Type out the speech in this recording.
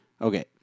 Okay